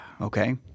okay